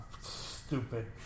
stupid